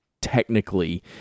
technically